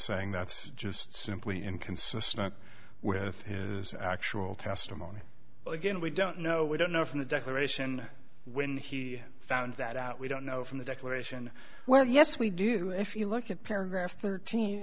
saying that's just simply inconsistent with his actual testimony but again we don't know we don't know if in the declaration when he found that out we don't know from the declaration well yes we do if you look at paragraph thirteen